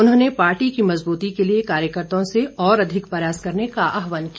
उन्होंने पार्टी की मजबूती के लिए कार्यकर्त्ताओं से और अधिक प्रयास करने का आहवान किया